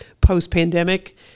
post-pandemic